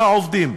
210 עובדים,